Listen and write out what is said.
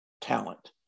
talent